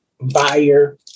buyer